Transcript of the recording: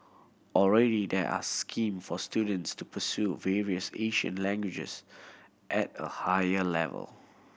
already there are scheme for students to pursue various Asian languages at a higher level